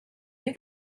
you